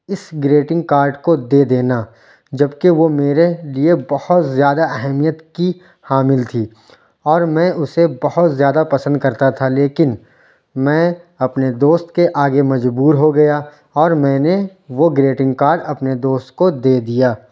اس greeting card کو دے دینا جبکہ وہ میرے لیے بہت زیادہ اہمیت کی حامل تھی اور میں اسے بہت زیادہ پسند کرتا تھا لیکن میں اپنے دوست کے آگے مجبور ہو گیا اور میں نے وہ گریٹنگ کارڈ اپنے دوست کو دے دیا